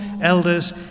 elders